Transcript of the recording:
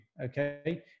Okay